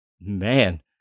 man